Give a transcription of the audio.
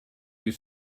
you